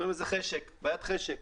בעיית חשק.